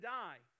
die